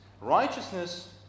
Righteousness